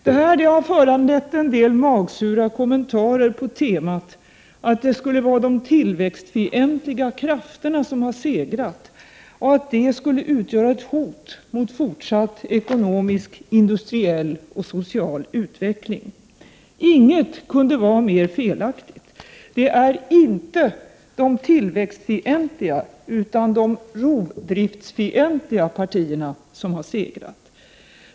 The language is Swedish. Detta har föranlett en del magsura kommentarer på temat att det skulle vara de tillväxtfientliga krafterna som segrat och att detta skulle utgöra ett hot mot fortsatt ekonomisk, industriell och social utveckling. Inget kunde vara mer felaktigt. Det är inte de tillväxtfientliga utan de rovdriftsfientliga partierna som har segrat.